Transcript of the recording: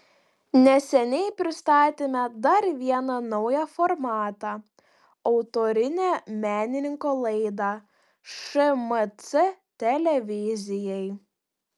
neseniai pristatėme dar vieną naują formatą autorinę menininko laidą šmc televizijai